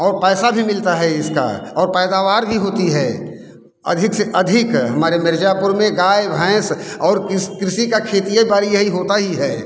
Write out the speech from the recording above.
और पैसा भी मिलता है इसका और पैदावार भी होती है अधिक से अधिक हमारे मिर्ज़ापुर में गाय भैंस और कृषि का खेतिए बाड़ी यही होता ही है